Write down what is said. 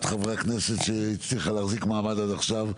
חברי הכנסת שהצליחה להחזיק מעמד עד עכשיו.